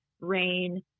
rain